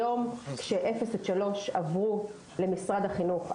היום כשאפס עד שלוש עברו למשרד החינוך,